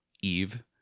Eve